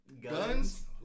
guns